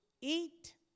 eat